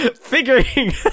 Figuring